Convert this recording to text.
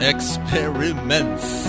Experiments